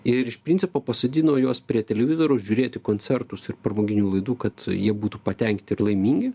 ir iš principo pasodino juos prie televizoriaus žiūrėti koncertus ir pramoginių laidų kad jie būtų patenkinti ir laimingi